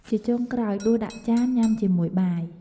ជាចុងក្រោយ ដួសដាក់ចានញ៉ាំជាមួយបាយ។